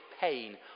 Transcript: pain